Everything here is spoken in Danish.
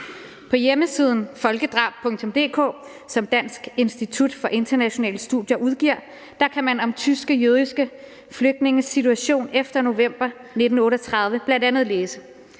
På hjemmesiden folkedrab.dk, som Dansk Institut for Internationale Studier står bag, kan man om tyske jødiske flygtninges situation efter november 1938 bl.a. læse: